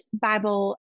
Bible